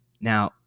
Now